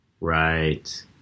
Right